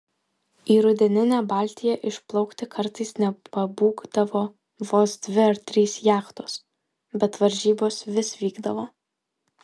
į rudeninę baltiją išplaukti kartais nepabūgdavo vos dvi ar trys jachtos bet varžybos vis vykdavo